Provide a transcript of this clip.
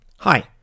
Hi